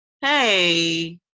hey